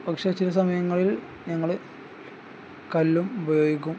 പക്ഷേ ചില സമയങ്ങളിൽ ഞങ്ങൾ കല്ലും ഉപയോഗിക്കും